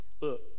Look